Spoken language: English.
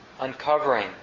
uncovering